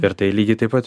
ir tai lygiai taip pat